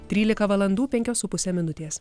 trylika valandų penkios su puse minutės